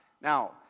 Now